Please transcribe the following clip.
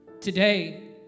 Today